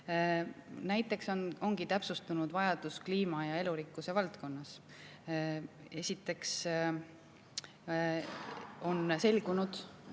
Näiteks on täpsustunud vajadus kliima ja elurikkuse valdkonnas. Esiteks on selgunud,